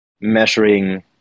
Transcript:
measuring